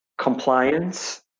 compliance